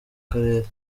kirere